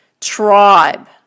tribe